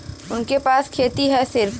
उनके पास खेती हैं सिर्फ